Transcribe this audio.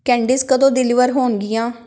candies ਕਦੋਂ deliver ਹੋਣਗੀਆਂ